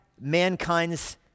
mankind's